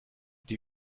die